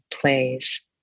plays